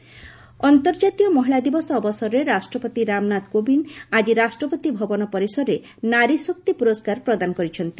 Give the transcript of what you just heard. ପ୍ରେଜ୍ ନାରୀଶକ୍ତି ଅନ୍ତର୍ଜାତୀୟ ମହିଳା ଦିବସ ଅବସରରେ ରାଷ୍ଟ୍ରପତି ରାମନାଥ କୋବିନ୍ଦ ଆଜି ରାଷ୍ଟ୍ରପତି ଭବନ ପରିସରରେ ନାରୀଶକ୍ତି ପ୍ରରସ୍କାର ପ୍ରଦାନ କରିଛନ୍ତି